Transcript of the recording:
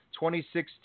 2016